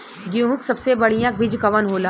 गेहूँक सबसे बढ़िया बिज कवन होला?